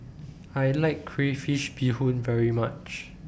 I like Crayfish Beehoon very much